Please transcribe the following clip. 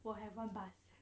will have one bus